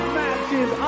matches